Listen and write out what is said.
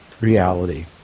reality